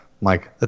Mike